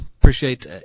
Appreciate